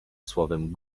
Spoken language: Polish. słowem